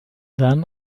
then